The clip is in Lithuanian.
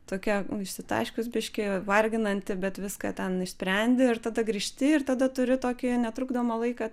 tokia išsitaškius biškį varginanti bet viską ten išsprendi ir tada grįžti ir tada turi tokį netrukdomą laiką